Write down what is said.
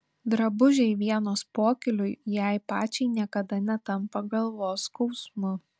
drabužiai vienos pokyliui jai pačiai niekada netampa galvos skausmu